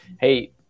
Hey